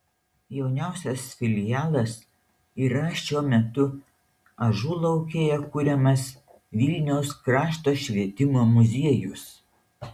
jauniausias filialas yra šiuo metu ažulaukėje kuriamas vilniaus krašto švietimo muziejus